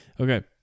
Okay